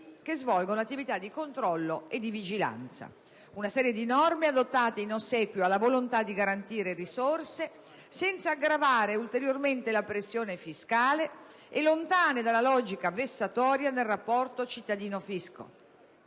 che svolgono attività di controllo e vigilanza. Sono state adottate una serie di norme in ossequio alla volontà di garantire risorse senza aggravare ulteriormente la pressione fiscale, lontane dalla logica vessatoria e poliziesca nel rapporto cittadino-fisco.